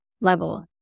level